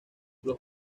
los